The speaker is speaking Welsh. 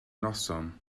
noson